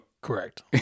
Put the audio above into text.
Correct